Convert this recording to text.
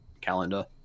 calendar